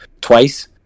twice